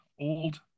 old